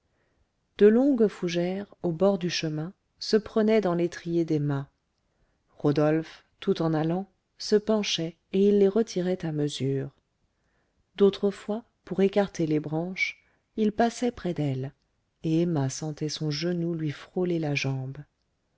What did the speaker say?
de longues fougères au bord du chemin se prenaient dans l'étrier d'emma rodolphe tout en allant se penchait et il les retirait à mesure d'autres fois pour écarter les branches il passait près d'elle et emma sentait son genou lui frôler la jambe